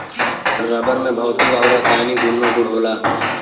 rubber में भौतिक आउर रासायनिक दून्नो गुण होला